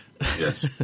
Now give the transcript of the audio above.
Yes